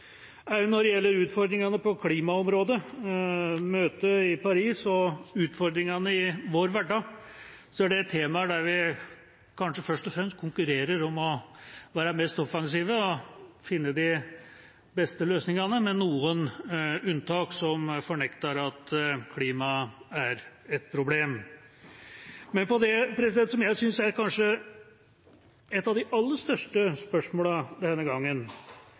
sommeren. Når det gjelder utfordringene på klimaområdet, møtet i Paris og utfordringene i vår hverdag, er det temaer der vi kanskje først og fremst konkurrerer om å være mest offensive og finne de beste løsningene – med noen unntak, som fornekter at klimaet er et problem. Men på det som jeg synes er kanskje et av de aller største spørsmålene denne gangen,